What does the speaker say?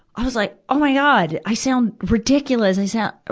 i was like, oh my god, i sound ridiculous i sound,